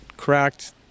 cracked